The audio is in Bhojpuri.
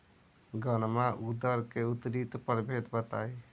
गर्मा उरद के उन्नत प्रभेद बताई?